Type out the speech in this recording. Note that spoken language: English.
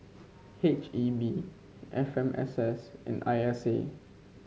H E B F M S S and I S A